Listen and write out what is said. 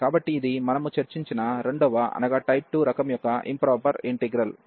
కాబట్టి ఇది మనము చర్చించిన రెండవ రకం యొక్క ఇంప్రాపర్ ఇంటిగ్రల్